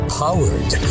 powered